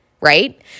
right